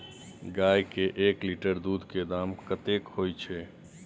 गाय के एक लीटर दूध के दाम कतेक होय छै?